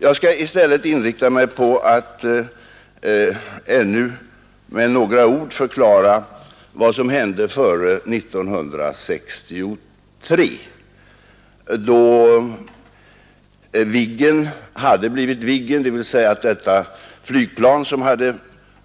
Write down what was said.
Jag skall i stället inrikta mig på att med några ord förklara vad som hände före 1963, då Viggen hade blivit Viggen, dvs. att detta flygplan, som hade